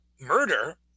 murder